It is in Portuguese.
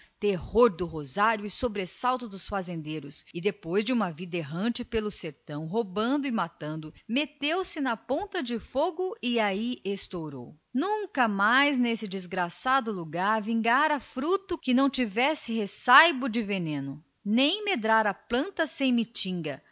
terror do rosário e sobressalto dos fazendeiros e depois de uma vida errante pelo sertão roubando e matando meteu-se na ponta do fogo e aí estourou e desde então nesse desgraçado lugar nunca mais vingara fruto que não tivesse ressaibo de veneno nem medrara planta sem mitinza